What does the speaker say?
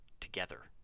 together